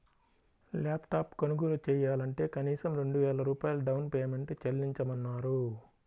lap top కొనుగోలు చెయ్యాలంటే కనీసం రెండు వేల రూపాయలు డౌన్ పేమెంట్ చెల్లించమన్నారు